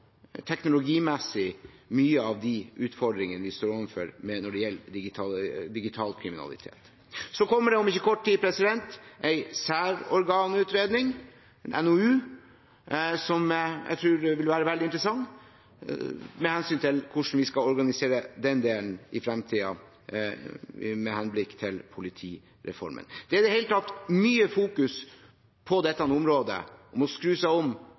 gjelder digital kriminalitet. Det kommer om kort tid en særorganutredning – en NOU – som jeg tror vil være veldig interessant med hensyn til hvordan vi skal organisere den delen i fremtiden med henblikk til politireformen. Det er i det hele tatt mye fokus på dette området – å skru seg om